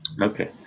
Okay